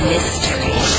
Mystery